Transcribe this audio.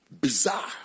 bizarre